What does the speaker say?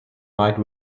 might